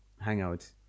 Hangout